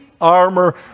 armor